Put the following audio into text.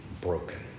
broken